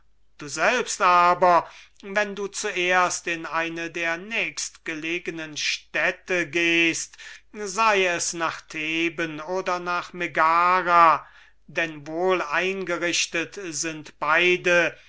du selbst aber wenn du zuerst in eine der nächstgelegenen städte gehst sei es nach theben oder nach megara denn wohleingerichtet sind beide